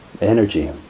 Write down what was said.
energy